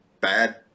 bad